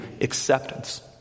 acceptance